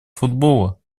футбола